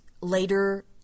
later